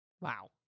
wow